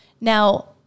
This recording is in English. Now